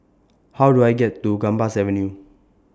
How Do I get to Gambas Avenue